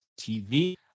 TV